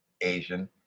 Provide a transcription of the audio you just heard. asian